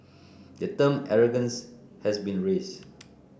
the term 'arrogance' has been raised